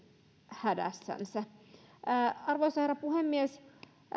hädässänsä arvoisa herra puhemies